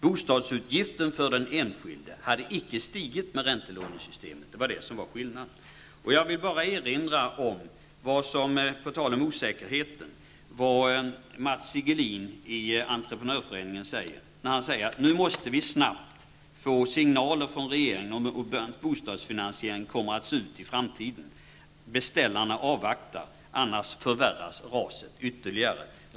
Den enskildes bostadsutgift hade inte stigit med räntelånesystemet. Det är skillnaden. På tal om osäkerheten vill jag erinra om vad Mats Siggelin från Entreprenörföreningen sagt. Han sade: Nu måste vi snabbt få signaler från regeringen om hur bostadsfinansieringen kommer att se ut i framtiden. Beställarna avvaktar. Annars förvärras raset ytterligare.